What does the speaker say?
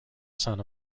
son